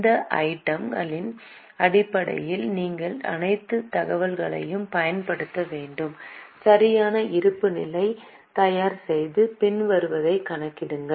இந்த ஐட்டம் களின் அடிப்படையில் நீங்கள் அனைத்து தகவல்களையும் பயன்படுத்த வேண்டும் சரியான இருப்புநிலை தயார் செய்து பின்வருவதைக் கணக்கிடுங்கள்